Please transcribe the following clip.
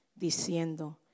diciendo